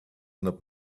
not